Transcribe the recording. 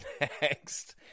next